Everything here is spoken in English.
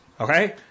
okay